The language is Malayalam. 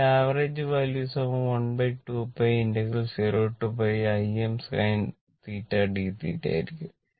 അതിനാൽ average value 12π 0Im sinθ dθ ആയിരിക്കും